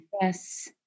Yes